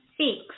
six